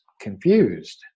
confused